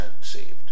saved